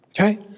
okay